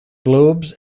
globes